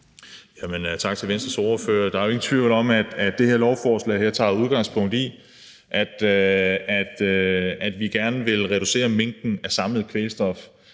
Tak til Venstres ordfører. Der er jo ingen tvivl om, at det her lovforslag tager udgangspunkt i, at vi gerne vil reducere mængden af samlet kvælstof